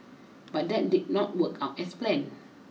but that did not work out as planned